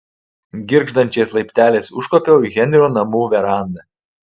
girgždančiais laipteliais užkopiau į henrio namų verandą